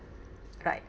right